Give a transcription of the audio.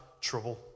trouble